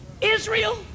Israel